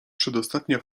przedostatnia